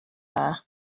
dda